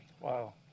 Wow